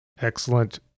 Excellent